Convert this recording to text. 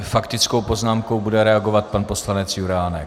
Faktickou poznámkou bude reagovat pan poslanec Juránek.